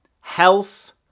health